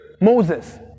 Moses